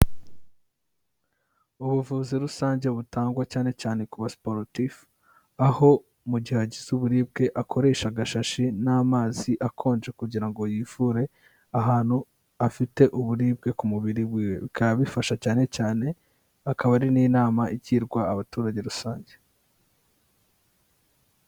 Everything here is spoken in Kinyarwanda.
Ubuvuzi rusange butangwa cyane cyane ku basiporutifu, aho mu gihe agize uburibwe akoresha agashashi n'amazi akonje kugira ngo yivure ahantu afite uburibwe ku mubiri wiwe, bikaba bifasha cyane cyane akaba ari n'inama igirwa abaturage rusange.